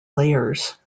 layers